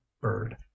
bird